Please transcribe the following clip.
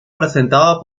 presentado